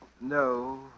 no